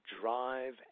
drive